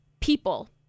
people